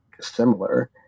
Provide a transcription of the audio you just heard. similar